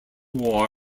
war